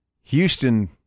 Houston